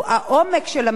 המעשים,